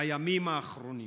בימים האחרונים